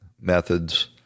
methods